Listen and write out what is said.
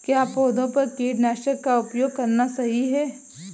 क्या पौधों पर कीटनाशक का उपयोग करना सही है?